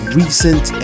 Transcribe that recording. recent